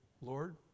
Lord